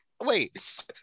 Wait